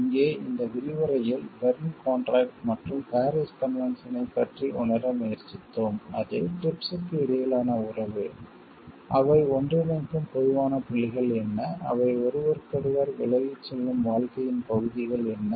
இங்கே இந்த விரிவுரையில் பெர்ன் கான்ட்ராக்ட் மற்றும் பாரிஸ் கன்வென்ஷனைப் பற்றி உணர முயற்சித்தோம் அது TRIPS க்கு இடையிலான உறவு அவை ஒன்றிணைக்கும் பொதுவான புள்ளிகள் என்ன அவை ஒருவருக்கொருவர் விலகிச் செல்லும் வாழ்க்கையின் பகுதிகள் என்ன